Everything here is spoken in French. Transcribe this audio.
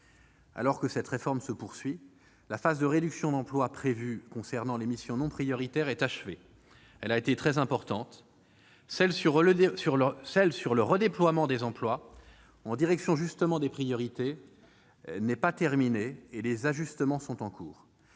Alors que cette réforme se poursuit, la phase de réduction d'emplois prévue pour les missions non prioritaires est achevée ; elle a été très importante. L'étape de redéploiement des emplois en direction des missions prioritaires n'est, elle, pas terminée. Les ajustements sont en cours.